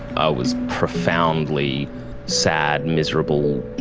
i was profoundly sad, miserable,